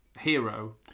hero